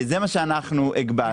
זה מה שאנחנו הגבלנו.